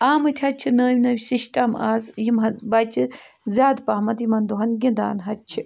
آمٕتۍ حظ چھِ نٔوۍ نٔوۍ سِسٹَم آز یِم حظ بَچہِ زیادٕ پَہمَتھ یِمَن دۄہَن گِنٛدان حظ چھِ